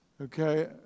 okay